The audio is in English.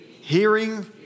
hearing